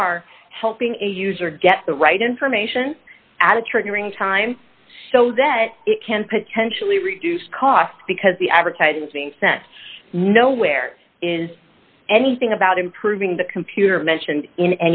are helping a user get the right information at a triggering time so that it can potentially reduce costs because the advertising is being sent no where in anything about improving the computer mentioned in